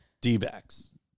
D-backs